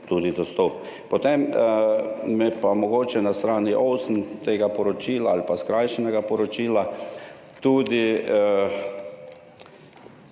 Potem me pa mogoče na osmi strani tega poročila ali pa skrajšanega poročila